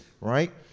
right